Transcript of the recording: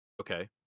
okay